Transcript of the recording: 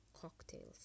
cocktails